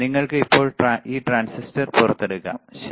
നിങ്ങൾക്ക് ഇപ്പോൾ ഈ ട്രാൻസിസ്റ്റർ പുറത്തെടുക്കാം ശരി